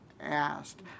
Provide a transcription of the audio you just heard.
asked